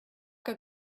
que